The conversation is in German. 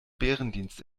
bärendienst